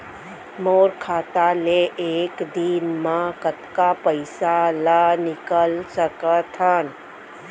मोर खाता ले एक दिन म कतका पइसा ल निकल सकथन?